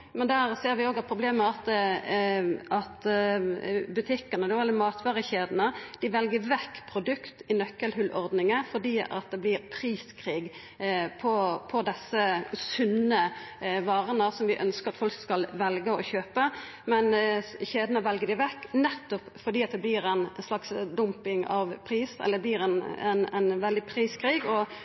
men der ser vi òg problemet med at matvarekjedene vel vekk produkt i nøkkelhòlordninga fordi det er priskrig på desse sunne varene som vi ønskjer at folk skal velja å kjøpa. Kjedene vel dei vekk nettopp fordi det vert ein priskrig og butikkane ikkje tener pengar på dei. Så det er klart at det